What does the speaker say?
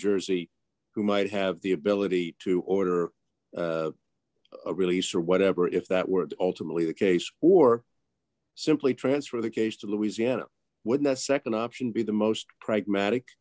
jersey who might have the ability to order a release or whatever if that were ultimately the case or simply transfer the case to louisiana with the nd option be the most pragmatic